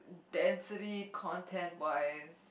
density content wise